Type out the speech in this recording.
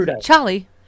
Charlie